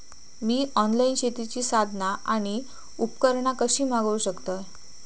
मी online शेतीची साधना आणि उपकरणा कशी मागव शकतय?